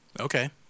Okay